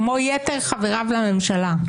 כמו יתר חבריו לממשלה,